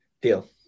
Deal